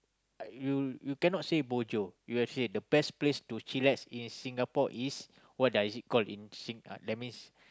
you you cannot say bo jio you have say the best place to chillax in Singapore is what does it call in sing~ uh that means